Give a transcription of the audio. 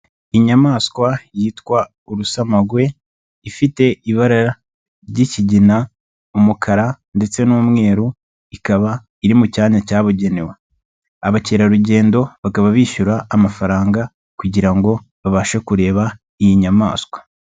Inyamaswa yitwa urusamagwe, ifite ibara ry'ikigina, umukara ndetse n'umweru, ikaba iri mu cyanya cyabugenewe. Abakerarugendo bakaba bishyura amafaranga kugira ngo babashe kureba iyi nyamaswa.